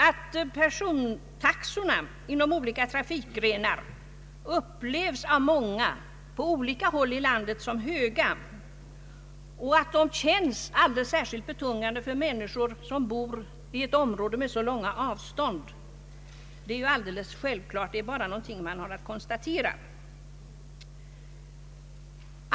Att person taxorna inom olika trafikgrenar upplevs som höga på många håll i landet och känns alldeles särskilt betungande för människor som bor i ett område med långa avstånd är alldeles självklart — det är bara någonting som man har att konstatera.